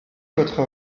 votre